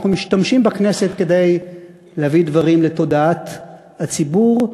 אנחנו משתמשים בכנסת כדי להביא דברים לתודעת הציבור.